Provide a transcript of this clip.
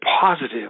positive